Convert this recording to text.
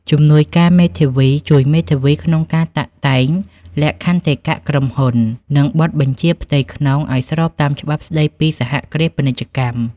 ជំនួយការមេធាវីជួយមេធាវីក្នុងការតាក់តែងលក្ខន្តិកៈក្រុមហ៊ុន និងបទបញ្ជាផ្ទៃក្នុងឱ្យស្របតាមច្បាប់ស្តីពីសហគ្រាសពាណិជ្ជកម្ម។